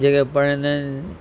जेके पढ़ंदा आहिनि